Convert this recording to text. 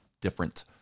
different